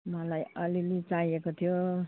मलाई अलिअलि चाहिएको थियो